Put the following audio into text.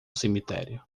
cemitério